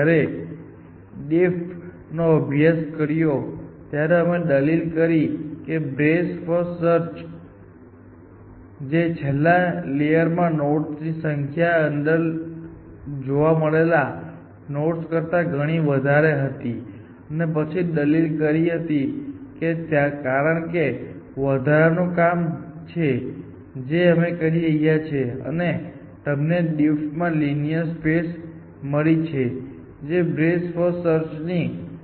તેથી જ્યારે અમે DFID નો અભ્યાસ કર્યો ત્યારે અમે દલીલ કરી કે બ્રેથ ફર્સ્ટ સર્ચ ની છેલ્લા લેયર માં નોડ્સની સંખ્યા અંદર જોવા મળેલા નોડ્સ કરતા ઘણી વધારે હતી અને પછી દલીલ કરી હતી કે કારણ કે તે વધારાનું કામ છે જે અમે કરી રહ્યા છીએ અને તમને DFIDમાં લિનીઅર સ્પેસ મળી છે જે બ્રેથ ફર્સ્ટ સર્ચની બાહ્ય જગ્યાની વિરુદ્ધ છે